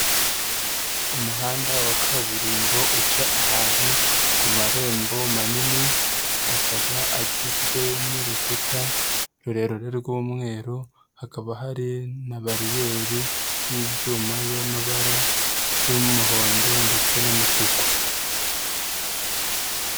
Umuhanda wa kaburimbo uca ahantu ku marembo manini, akaba agizwe n'urukuta rurerure rw'umweru, hakaba hari na bariyeri y'ibyuma y'amabara y'umuhondo ndetse n'umutuku.